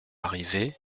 arrivé